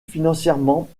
financièrement